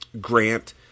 grant